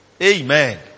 Amen